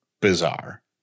bizarre